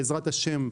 בעזרת השם,